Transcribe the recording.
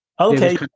Okay